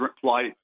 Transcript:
flight